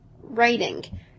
writing